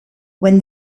when